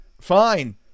Fine